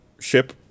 ship